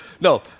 no